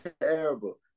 terrible